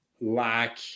lack